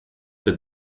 der